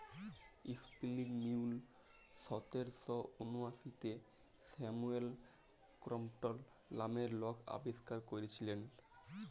spinning mule সতের শ উনআশিতে স্যামুয়েল ক্রম্পটল লামের লক আবিষ্কার ক্যইরেছিলেল